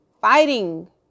fighting